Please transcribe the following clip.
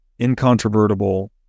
incontrovertible